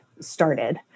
started